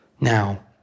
Now